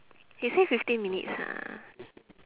he say fifteen minutes ha